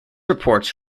reports